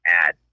add